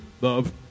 love